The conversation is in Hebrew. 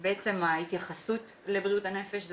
ההתייחסות לבריאות הנפש,